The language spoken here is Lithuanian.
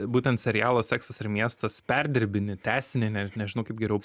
būtent serialo seksas ir miestas perdirbinį tęsinį net nežinau kaip geriau